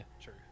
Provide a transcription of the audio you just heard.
true